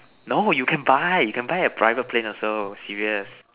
no you can buy you can buy a private plane also serious